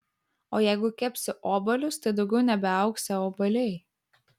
o jeigu kepsi obuolius tai daugiau nebeaugsią obuoliai